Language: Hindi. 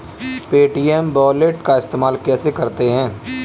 पे.टी.एम वॉलेट का इस्तेमाल कैसे करते हैं?